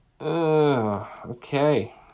Okay